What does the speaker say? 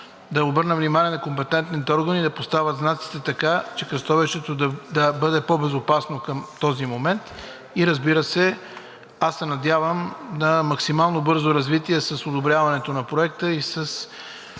да обърна внимание на компетентните органи да поставят знаците така, че кръстовището да бъде по-безопасно към този момент. Разбира се, аз се надявам на максимално бързо развитие с одобряването на проекта и с